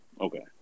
Okay